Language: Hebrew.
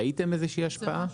ראיתם איזושהי השפעה?